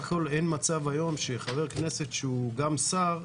הכול אין מצב היום שחבר כנסת שהוא גם שר,